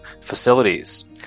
facilities